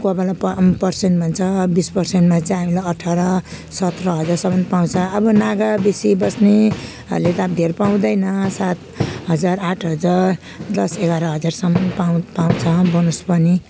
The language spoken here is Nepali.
कोही बेला प पर्सेन्ट भन्छ बिस पर्सेन्टमा चाहिँ हामीलाई अठार सत्र हजारसम्म पाउँछ अब नागा बेसी बस्नेहरूले त अब धेर पाउँदैन सात हजार आठ हजार दस एघार हजारसम्म पाउँ पाउँछ बोनस पनि